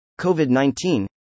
COVID-19